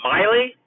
Miley